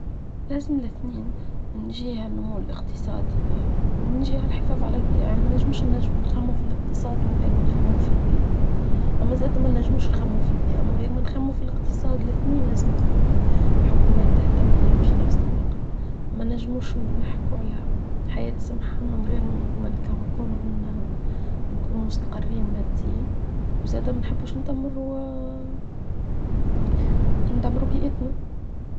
لازم الاثنين من جهة النمو الاقتصادي ومن جهة الحفاظ على البيئة يعني ما نجموش نخموا في الاقتصاد من غير ما نخموا في البيئة اما زادة ما نجموش نخموا في البيئة من غير ما نخموا في الاقتصاد الاثنين لازمت الحكومات تهتم بيهم في نفس الوقت ما نجموش نحكوا على حياة سمحة من غير ما نكون عنا مستقرين ماديا زادة ما نحبوش ندمروا بيئتنا.